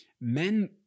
men